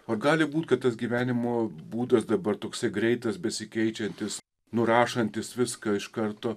o gali būti kad tas gyvenimo būdas dabar toks greitas besikeičiantis nurašantis viską iš karto